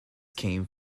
came